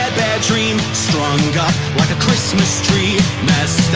bad dream strung up like a christmas tree messed